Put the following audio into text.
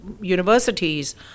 universities